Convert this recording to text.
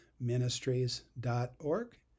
ministries.org